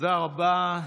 תודה רבה.